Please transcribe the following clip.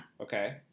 Okay